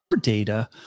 data